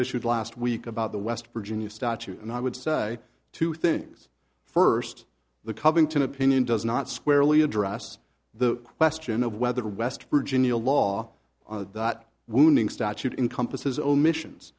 issued last week about the west virginia statute and i would set two things first the covington opinion does not squarely address the question of whether the west virginia law that wounding statute encompasses omissions